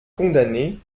condamnés